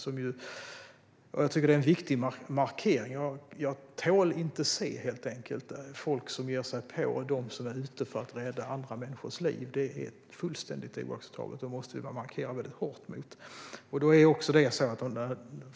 Jag tycker att det är en viktig markering. Jag tål inte att se, helt enkelt, folk som ger sig på dem som är ute för att rädda andra människors liv. Det är fullständigt oacceptabelt, och vi måste markera väldigt hårt mot det.